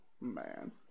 Man